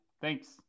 Thanks